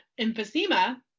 emphysema